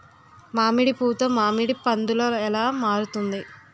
మామిడి పూత మామిడి పందుల ఎలా మారుతుంది?